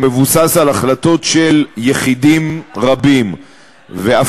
שמבוסס על החלטות של יחידים רבים ואף